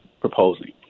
proposing